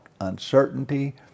uncertainty